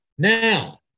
Now